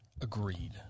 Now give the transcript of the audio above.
Agreed